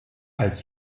als